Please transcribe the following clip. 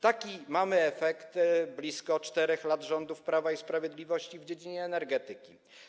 Taki jest efekt blisko 4 lat rządów Prawa i Sprawiedliwości w dziedzinie energetyki.